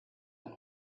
بریم